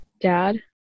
dad